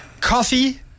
Coffee